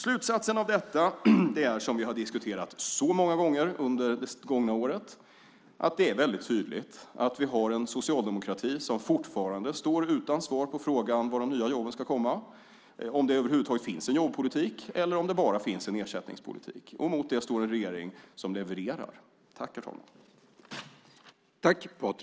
Slutsatsen av detta är, som vi har diskuterat så många gånger under det gångna året, att det är väldigt tydligt att vi har en socialdemokrati som fortfarande står utan svar på frågan var de nya jobben ska komma, om det över huvud taget finns en jobbpolitik eller om det bara finns en ersättningspolitik. Mot det står en regeringen som levererar.